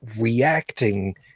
reacting